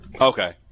Okay